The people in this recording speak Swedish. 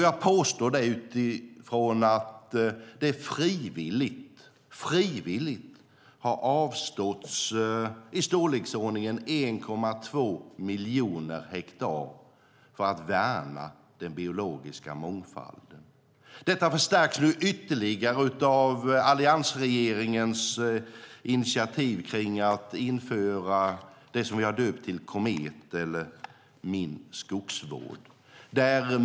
Jag påstår det utifrån att det frivilligt har avståtts i storleksordningen 1,2 miljoner hektar för att värna den biologiska mångfalden. Detta förstärks nu ytterligare av alliansregeringens initiativ att införa det som vi har döpt till Komet eller Min naturvård.